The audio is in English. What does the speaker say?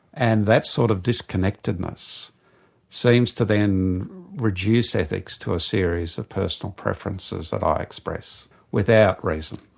and that sort of disconnectedness seems to then reduce ethics to a series of personal preferences that i express without reason.